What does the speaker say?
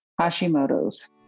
Hashimoto's